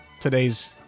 today's